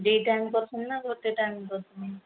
ଦୁଇ ଟାଇମ୍ କରୁଛନ୍ତି ନା ଗୋଟେ ଟାଇମ୍ କରୁଛନ୍ତି